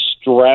stress